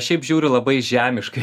šiaip žiūriu labai žemiškai